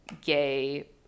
gay